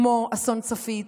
כמו אסון צפית,